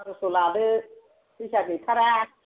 बार'स' लादो फैसा गैथारा